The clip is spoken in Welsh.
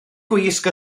gwisg